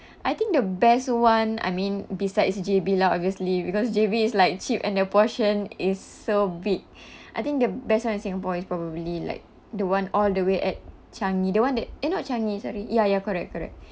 I think the best one I mean besides J_B lah obviously because J_B is like cheap and the portion is so big I think the best one in singapore is probably like the one all the way at changi the one that eh not changi sorry ya ya correct correct